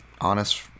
honest